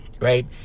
right